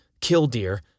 killdeer